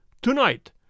Tonight